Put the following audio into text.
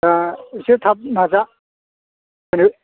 दा एसे थाब नाजा होनो